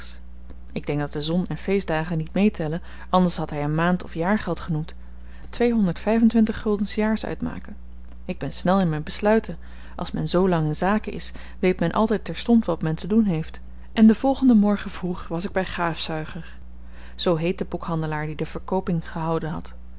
daags ik denk dat de zon en feestdagen niet meetellen anders had hy een maand of jaargeld genoemd tweehonderd vyf en twintig gulden s jaars uitmaken ik ben snel in myn besluiten als men zoo lang in zaken is weet men altyd terstond wat men te doen heeft en den volgenden morgen vroeg was ik by gaafzuiger zoo heet de boekhandelaar die de verkooping gehouden had